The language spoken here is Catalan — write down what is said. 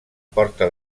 porta